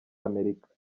amerika